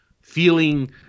feeling